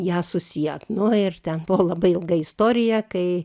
ją susiet nu ir ten buvo labai ilga istorija kai